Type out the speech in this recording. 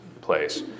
place